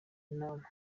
inama